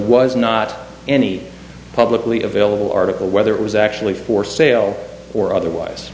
was not any publicly available article whether it was actually for sale or otherwise